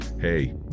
Hey